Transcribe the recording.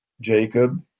Jacob